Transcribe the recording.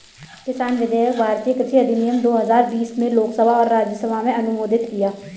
किसान विधेयक भारतीय कृषि अधिनियम दो हजार बीस में लोकसभा और राज्यसभा में अनुमोदित किया